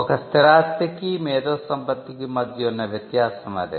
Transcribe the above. ఒక స్థిరాస్తికి మేధో సంపత్తికి మధ్య ఉన్న వ్యత్యాసం అదే